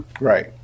Right